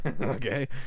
Okay